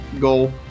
goal